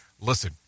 Listen